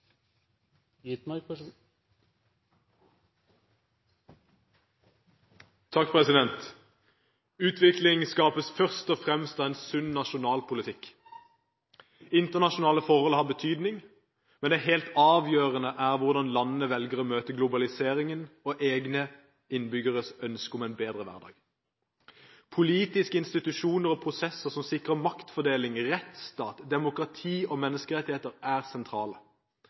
Utvikling skapes først og fremst av en sunn nasjonal politikk. Internasjonale forhold har betydning, men det helt avgjørende er hvordan landene velger å møte globaliseringen og egne innbyggeres ønske om en bedre hverdag. Politiske institusjoner og prosesser som sikrer maktfordeling i rettsstat, demokrati og menneskerettigheter, er sentrale.